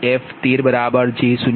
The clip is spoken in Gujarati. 091 p